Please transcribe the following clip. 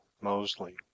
Mosley